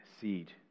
seed